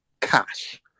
cash